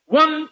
one